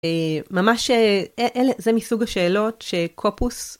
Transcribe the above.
ממש אלה, זה מסוג השאלות שקופוס.